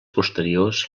posteriors